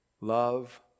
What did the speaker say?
love